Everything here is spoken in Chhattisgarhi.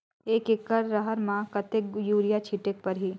एक एकड रहर म कतेक युरिया छीटेक परही?